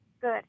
Good